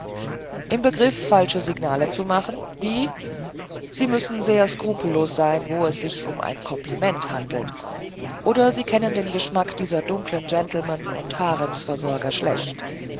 im begriff falsche signale zu machen wie sie müssen sehr skrupellos sein wo es sich um ein kompliment handelt oder sie kennen den geschmack dieser dunklen gentlemen und haremsversorger schlecht